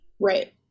Right